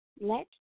Let